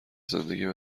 زندگیم